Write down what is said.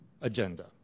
agenda